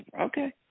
Okay